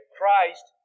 Christ